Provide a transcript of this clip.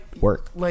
work